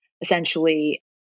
essentially